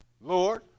Lord